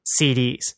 CDs